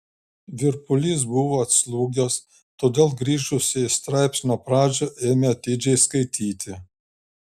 virpulys buvo atslūgęs todėl grįžusi į straipsnio pradžią ėmė atidžiai skaityti